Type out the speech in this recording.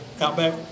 Outback